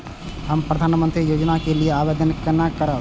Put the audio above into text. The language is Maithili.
हम प्रधानमंत्री योजना के लिये आवेदन केना करब?